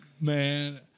Man